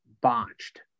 botched